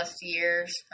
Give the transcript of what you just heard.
years